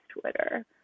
Twitter